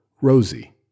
Rosie